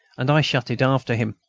and i shut it after him.